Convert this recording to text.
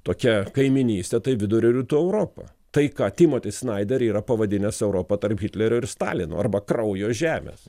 tokia kaimynystė tai vidurio ir rytų europa tai ką timoti snaider yra pavadinęs europa tarp hitlerio ir stalino arba kraujo žemės